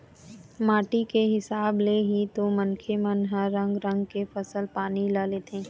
माटी के हिसाब ले ही तो मनखे मन ह रंग रंग के फसल पानी ल लेथे